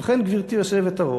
ובכן, גברתי היושבת-ראש,